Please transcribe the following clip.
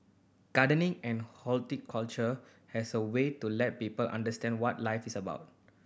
gardening and horticulture has a way to let people understand what life is about